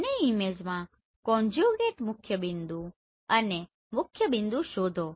બંને ઈમેજોમાં કોન્જ્યુગેટ મુખ્યબિંદુ અને મુખ્યબિંદુ શોધો